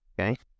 Okay